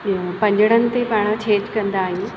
इहो पंजणनि ते पाण छेज कंदा आहियूं